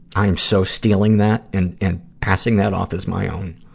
i am so stealing that, and, and passing that off as my own.